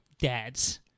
dads